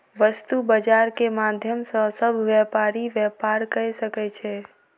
वस्तु बजार के माध्यम सॅ सभ व्यापारी व्यापार कय सकै छै